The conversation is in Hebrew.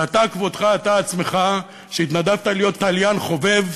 ואתה בכבודך ובעצמך, שהתנדבת להיות תליין חובב,